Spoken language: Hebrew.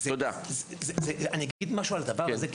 אני אגיד משהו על הדבר הזה.